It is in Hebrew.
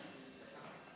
טוב.